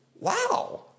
wow